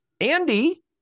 Andy